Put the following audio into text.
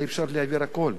היה אפשר להעביר הכול.